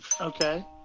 Okay